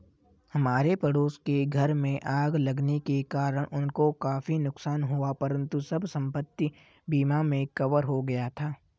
हमारे पड़ोस के घर में आग लगने के कारण उनको काफी नुकसान हुआ परंतु सब संपत्ति बीमा में कवर हो गया था